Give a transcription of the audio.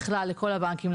לכלל הבנקים,